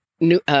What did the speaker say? New